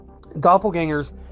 doppelgangers